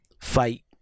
fight